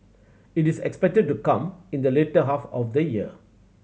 it is expected to come in the later half of the year